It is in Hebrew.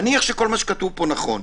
נאמר שכל מה שכתוב פה נכון.